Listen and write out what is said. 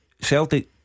Celtic